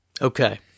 Okay